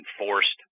enforced